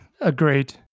agreed